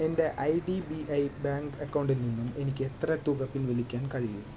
എൻ്റെ I D B I bank അക്കൗണ്ടിൽ നിന്നും എനിക്ക് എത്ര തുക പിൻവലിക്കാൻ കഴിയും